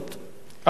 אריאל שרון.